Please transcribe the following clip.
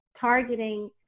targeting